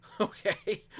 Okay